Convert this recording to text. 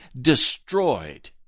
destroyed